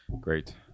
Great